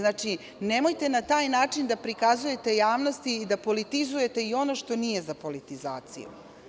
Nemojte na taj način da prikazujete javnosti i da politizujete ono što nije za politizaciju.